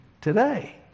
today